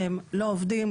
שלא עובדים,